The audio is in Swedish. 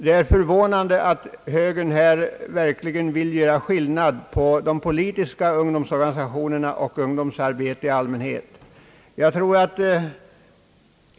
Det är förvånande att högern verkligen vill göra skillnad mellan de politiska ungdomsorganisationerna och ungdomsorganisationer i allmänhet.